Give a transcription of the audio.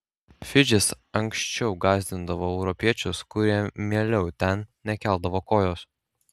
fidžis anksčiau gąsdindavo europiečius kurie mieliau ten nekeldavo kojos